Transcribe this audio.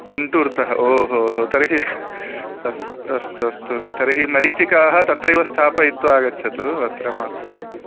गुण्टूर्तः ओहो हो तर्हि अस्तु अस्तु अस्तु तर्हि मरीचिकाः तत्रैव स्थापयित्वा आगच्छतु अत्र मास्तु